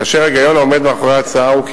כאשר ההיגיון העומד מאחורי ההצעה הוא כי